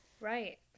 Right